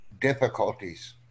difficulties